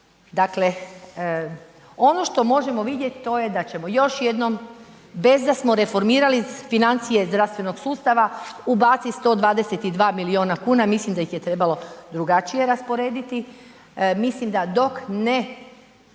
Dakle, ono što možemo vidjeti, to je da ćemo još jednom bez da smo reformirali financije zdravstvenog sustava ubaciti 122 milijuna kuna, mislim da ih je trebalo drugačije rasporediti. Mislim da dok ne